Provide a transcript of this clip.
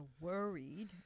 worried